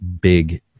big